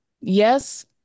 yes